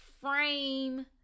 frame